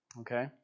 Okay